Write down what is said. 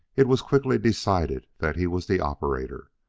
it was quickly decided that he was the operator.